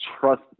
trust –